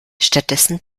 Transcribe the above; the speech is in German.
stattdessen